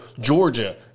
Georgia